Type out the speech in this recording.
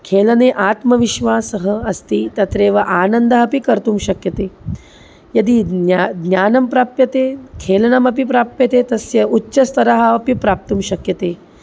खेलने आत्मविश्वासः अस्ति तत्रैव आनन्दः अपि कर्तुं शक्यते यदि ज्ञा ज्ञानं प्राप्यते खेलनमपि प्राप्यते तस्य उच्चस्तरः अपि प्राप्तुं शक्यते